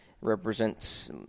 represents